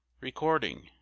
Recording